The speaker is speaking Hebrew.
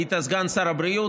היית סגן שר הבריאות,